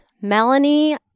Melanie